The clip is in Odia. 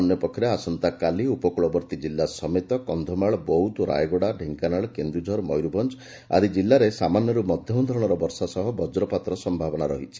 ଅନ୍ୟପକ୍ଷରେ ଆସନ୍ତାକାଲି ଉପକୁଳବର୍ଉୀ ଜିଲ୍ଲା ସମେତ ଏବଂ କକ୍ଷମାଳ ବୌଦ ରାୟଗଡ଼ା ଢେଙ୍କାନାଳ କେନୁଝର ମୟରଭଞା ଆଦି ଜିଲ୍ଲାରେ ସାମାନ୍ୟରୁ ମଧ୍ଧମ ଧରଣର ବର୍ଷା ସହ ବଜ୍ରପାତର ସମାବନା ରହିଛି